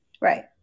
Right